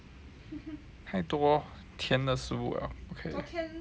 太多甜的食物了不可以